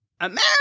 America